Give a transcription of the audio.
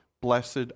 blessed